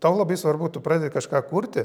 kad tau labai svarbu tu pradedi kažką kurti